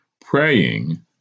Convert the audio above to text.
praying